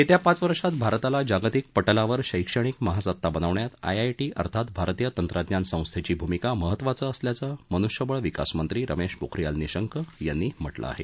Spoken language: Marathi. येत्या पाच वर्षात भारताला जागतिक पटलावर शैक्षणिक महासत्ता बनवण्यात आयआयटी अर्थात भारतीय तंत्रज्ञान संस्थेची भुमिका महत्त्वाचं असल्याचं मनुष्यबळ विकासमंत्री रमेश पोखरियाल निशंक यांनी म्हटलं आहे